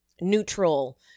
Neutral